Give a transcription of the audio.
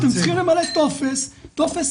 אתם צריכים למלא טופס א',